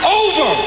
over